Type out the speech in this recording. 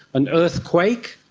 an earthquake,